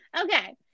okay